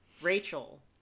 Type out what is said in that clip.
Rachel